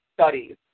studies